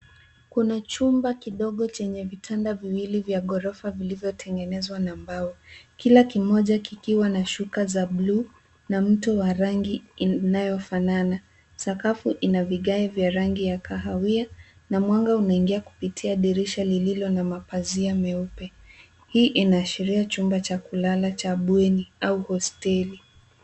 Kuna chumba kidogo chenye vitanda viwili vya ghorofa vilivyotengenezwa na mbao. Kila kimoja kikiwa na shuka za bluu na mto wa rangi inayofanana. Sakafu ina vigae vya rangi ya kahawia na mwanga unaingia kupitia dirisha lililo na mapazia meupe. Hii inaashiria chumba cha kulala cha bweni au hosteli.